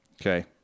Okay